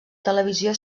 televisió